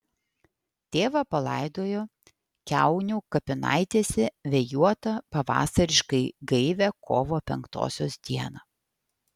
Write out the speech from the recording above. tėvą palaidojo kiaunių kapinaitėse vėjuotą pavasariškai gaivią kovo penktosios dieną